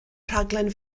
rhaglen